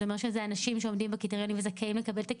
זה אומר שזה אנשים שעומדים בקריטריונים וזכאים לקבל את הקצבה.